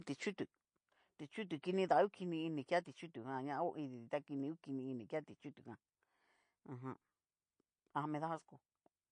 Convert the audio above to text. Ti chutu, kinida ngukini ini keati chutujan ña o iditi ta kini ngukini ini kea tichutu ján ajan ha me da asco.